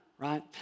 right